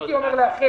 מיקי אומר לאחד.